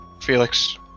Felix